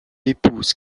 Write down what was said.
épouse